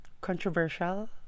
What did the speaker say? controversial